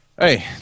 Hey